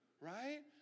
right